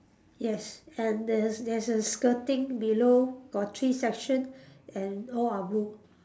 yes and there's there's a skirting below got three section and all are blue